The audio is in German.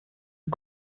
ein